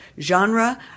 genre